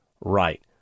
right